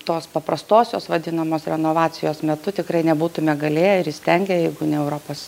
tos paprastosios vadinamos renovacijos metu tikrai nebūtume galėję ir įstengę jeigu ne europos